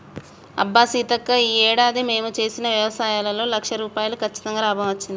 అబ్బా సీతక్క ఈ ఏడాది మేము చేసిన వ్యవసాయంలో లక్ష రూపాయలు కచ్చితంగా లాభం వచ్చింది